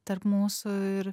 tarp mūsų ir